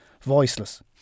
Voiceless